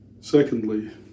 secondly